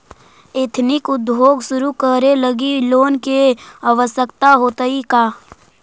Ethnic उद्योग शुरू करे लगी लोन के आवश्यकता होतइ का?